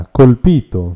colpito